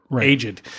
aged